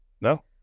No